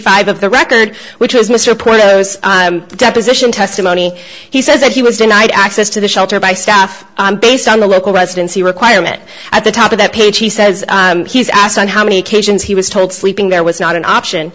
five of the record which is mr prose deposition testimony he says that he was denied access to the shelter by staff based on the local residency requirement at the top of that page he says he was asked on how many occasions he was told sleeping there was not an option